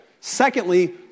Secondly